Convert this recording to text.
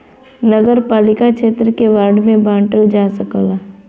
नगरपालिका क्षेत्र के वार्ड में बांटल जा सकला